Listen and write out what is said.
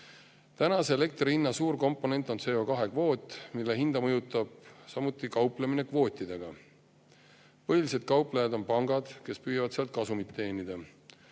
majeure. Elektri hinna suur komponent on CO2-kvoot, mille hinda mõjutab samuti kauplemine kvootidega. Põhilised kauplejad on pangad, kes püüavad sealt kasumit teenida.